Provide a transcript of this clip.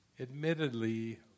Admittedly